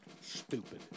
Stupid